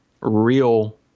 real